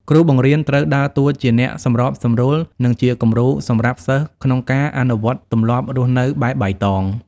គ្រូបង្រៀនត្រូវដើរតួជាអ្នកសម្របសម្រួល និងជាគំរូសម្រាប់សិស្សក្នុងការអនុវត្តទម្លាប់រស់នៅបែបបៃតង។